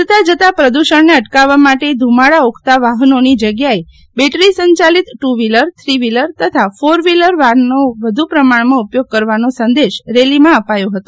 વધતા જતા પ્રદૃષણને અટકાવવા માટે ધુમાડા ઓકતા વાફનોની જગ્યાએ બેટરી સંચાલિત ટુ વ્ફીલર થ્રી વ્ફીલર તથા ફોર વ્ફીલર વાફનનો વધુ પ્રમાણમાં ઉપયોગ કરવાનો સંદેશ રેલીમાં અપાયો ફતો